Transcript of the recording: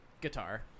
guitar